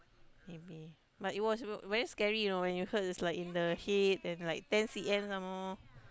maybe but it was very very scared you know is like in the shades and like ten C_M some more